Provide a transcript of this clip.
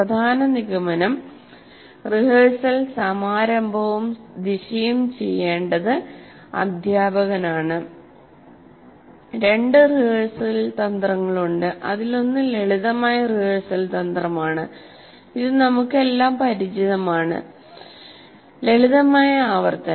പ്രധാന നിഗമനം റിഹേഴ്സൽ സമാരംഭവും ദിശയും ചെയേണ്ടത് അധ്യാപകനാണ് രണ്ട് റിഹേഴ്സൽ തന്ത്രങ്ങളുണ്ട് അതിലൊന്ന് ലളിതമായ റിഹേഴ്സൽ തന്ത്രമാണ് നമുക്കെല്ലാവർക്കും പരിചിതമാണ് ലളിതമായ ആവർത്തനം